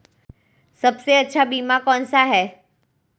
सबसे अच्छा बीमा कौनसा है?